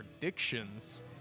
predictions